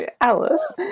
Alice